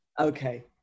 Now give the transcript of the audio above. Okay